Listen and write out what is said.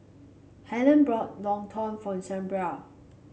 Helyn brought Lontong for Shelba